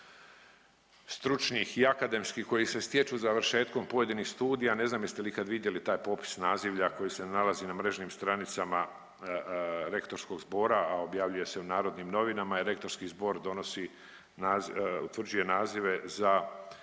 stručnih i akademskih koji se stječu završetkom pojedinih studija. Ne znam jeste li ikad vidjeli taj popis nazivlja koji se nalazi na mrežnim stranicama rektorskog zbora, a objavljuje se u Narodnim Novinama jer rektorski zbor donosi naz…, utvrđuje nazive za